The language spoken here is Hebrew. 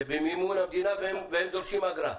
זה במימון המדינה, והם דורשים אגרה.